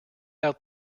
out